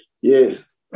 Yes